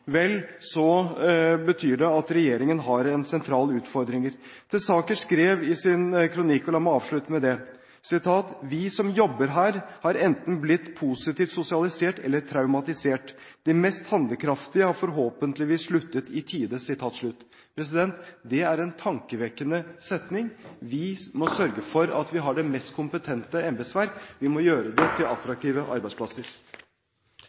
vel, så betyr det at regjeringen har noen sentrale utfordringer. Tesaker skrev i sin kronikk – la meg avslutte med det: «Vi som jobber her er enten blitt positivt sosialisert eller traumatisert. De mest handlekraftige har forhåpentligvis sluttet i tide.» Det er en tankevekkende setning. Vi må sørge for at vi har det mest kompetente embetsverket. Vi må gjøre det til